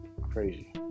crazy